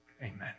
Amen